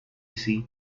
seat